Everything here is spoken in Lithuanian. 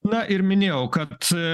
na ir minėjau kad